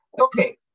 Okay